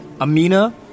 Amina